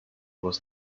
was